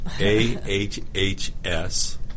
A-H-H-S